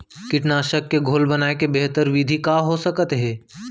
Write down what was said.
कीटनाशक के घोल बनाए के बेहतर विधि का हो सकत हे?